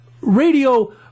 radio